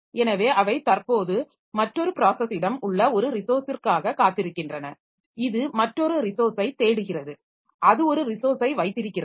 எனவே அவை தற்போது மற்றொரு ப்ராஸஸிடம் உள்ள ஒரு ரிசோர்ஸிற்காக காத்திருக்கின்றன இது மற்றொரு ரிசோர்ஸை தேடுகிறது அது ஒரு ரிசோர்ஸை வைத்திருக்கிறது